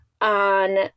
On